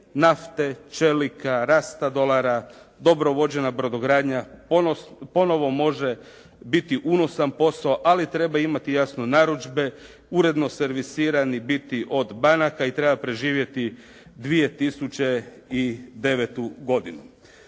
nafte, čelika, rasta dolara, dobro vođena brodogradnja ponovo može biti unosan posao, ali ttreba imati jasno narudžbe, uredno servisiran i biti od banaka i treba preživjeti 2009. godinu.